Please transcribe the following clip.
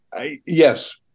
Yes